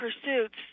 pursuits